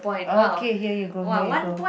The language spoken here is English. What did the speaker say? okay here you go here you go